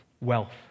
Wealth